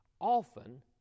often